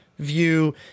view